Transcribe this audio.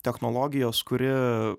technologijos kuri